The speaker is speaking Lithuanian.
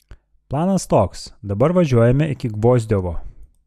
planas toks dabar važiuojame iki gvozdiovo